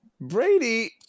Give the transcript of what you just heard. Brady